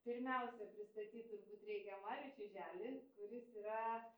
pirmiausia pristatyt turbūt reikia marių čiuželį kuris yra